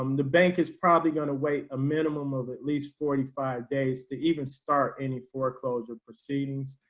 um the bank is probably going to wait a minimum of at least forty five days to even start any foreclosure proceedings.